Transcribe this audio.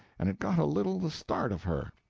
and it got a little the start of her.